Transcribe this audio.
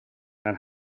and